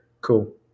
Cool